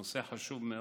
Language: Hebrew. זה נושא חשוב מאוד,